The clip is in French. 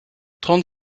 trente